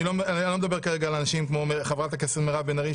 לא מדבר כרגע על אנשים כמו חברת הכנסת מירב בן ארי,